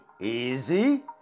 easy